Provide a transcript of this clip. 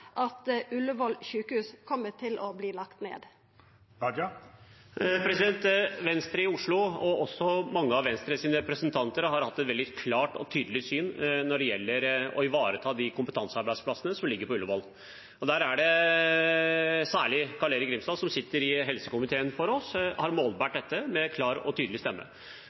at Ullevål sjukehus kjem til å verta lagt ned. Venstre i Oslo og også mange av Venstres representanter har hatt et veldig klart og tydelig syn når det gjelder å ivareta de kompetansearbeidsplassene som ligger på Ullevål. Der er det særlig Carl-Erik Grimstad, som sitter i helsekomiteen for oss, som har målbåret dette med klar og tydelig stemme.